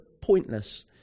pointless